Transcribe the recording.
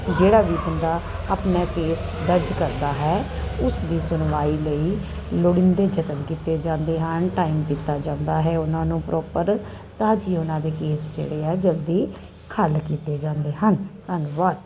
ਜਿਹੜਾ ਵੀ ਬੰਦਾ ਆਪਣਾ ਕੇਸ ਦਰਜ ਕਰਦਾ ਹੈ ਉਸਦੀ ਸੁਣਵਾਈ ਲਈ ਲੋੜੀਂਦੇ ਯਤਨ ਕੀਤੇ ਜਾਂਦੇ ਹਨ ਟਾਈਮ ਦਿੱਤਾ ਜਾਂਦਾ ਹੈ ਉਨ੍ਹਾਂ ਨੂੰ ਪ੍ਰੋਪਰ ਤਾਂ ਜੋ ਉਨ੍ਹਾਂ ਦੇ ਕੇਸ ਜਿਹੜੇ ਹੈ ਜਲਦੀ ਹੱਲ ਕੀਤੇ ਜਾਂਦੇ ਹਨ ਧੰਨਵਾਦ